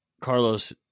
Carlos